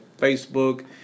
Facebook